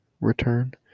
return